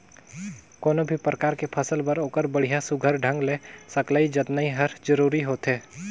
कोनो भी परकार के फसल बर ओखर बड़िया सुग्घर ढंग ले सकलई जतनई हर जरूरी होथे